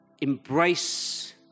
embrace